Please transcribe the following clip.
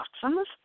toxins